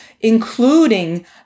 including